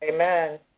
amen